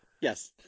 Yes